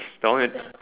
the one with the